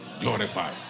Glorified